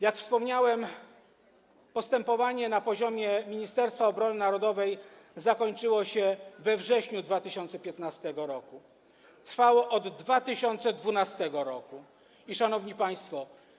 Jak wspomniałem, postępowanie na poziomie Ministerstwa Obrony Narodowej zakończyło się we wrześniu 2015 r., a trwało od 2012 r. Szanowni Państwo!